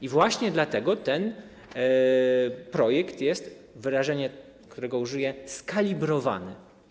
I właśnie dlatego ten projekt jest - wyrażenie, którego użyję - skalibrowany.